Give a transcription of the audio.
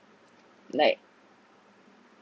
like